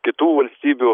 kitų valstybių